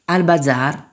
Albazar